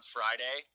Friday